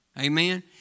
Amen